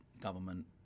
government